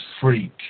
freak